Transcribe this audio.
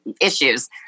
issues